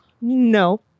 no